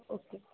okay